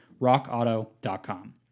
rockauto.com